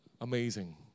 Amazing